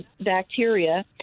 bacteria